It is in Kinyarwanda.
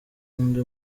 undi